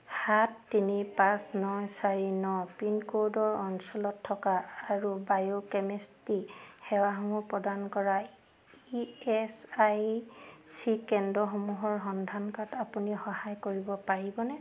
সাত তিনি পাঁচ ন চাৰি ন পিনক'ডৰ অঞ্চলত থকা আৰু বায়'কেমেষ্ট্ৰী সেৱাসমূহ প্ৰদান কৰা ই এছ আই চি কেন্দ্ৰসমূহৰ সন্ধান কৰাত আপুনি সহায় কৰিব পাৰিবনে